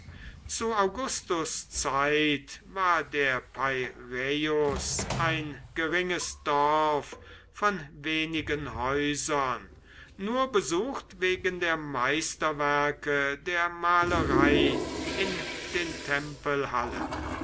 zu augusts zeit war der peiräeus ein geringes dorf von wenigen häusern nur besucht wegen der meisterwerke der malerei in den tempelhallen handel